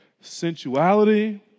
sensuality